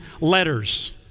letters